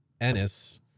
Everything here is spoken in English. Ennis